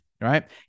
right